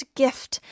gift